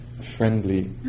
friendly